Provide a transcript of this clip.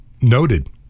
noted